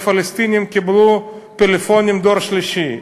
והפלסטינים קיבלו פלאפונים דור שלישי.